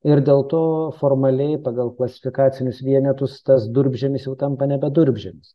ir dėl to formaliai pagal klasifikacinius vienetus tas durpžemis jau tampa nebe durpžemis